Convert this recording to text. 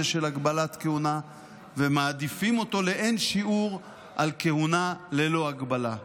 של הגבלת כהונה ומעדיפים אותו לאין שיעור על כהונה ללא הגבלה.